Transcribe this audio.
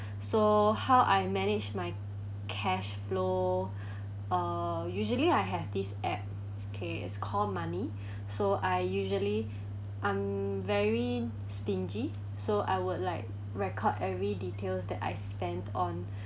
so how I managed my cash flow uh usually I have this app okay is called money so I usually I'm very stingy so I would like record every details that I spend on